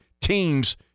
team's